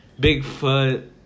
Bigfoot